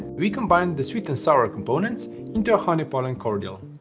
we combined the sweet and sour components into a honey pollen cordial.